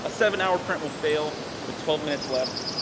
a seven-hour print will fail with twelve minutes left,